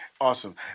Awesome